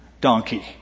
donkey